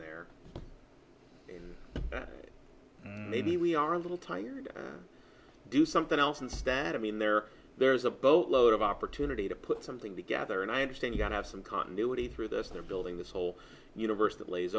there maybe we are a little tired or do something else instead i mean there there's a boatload of opportunity to put something together and i understand you have some continuity through this they're building this whole universe